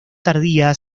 tardía